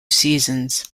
seasons